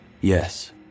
Yes